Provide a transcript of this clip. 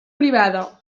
privada